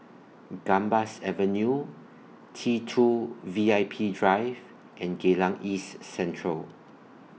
Gambas Avenue T two VIP Drive and Geylang East Central